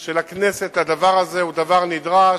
של הכנסת לדבר הזה הוא דבר נדרש,